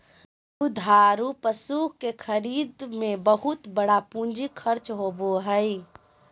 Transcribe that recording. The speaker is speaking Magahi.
दुधारू पशु के खरीद में बहुत बड़ा पूंजी खर्च होबय हइ